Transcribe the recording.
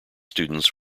students